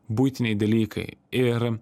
buitiniai dalykai ir